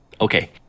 Okay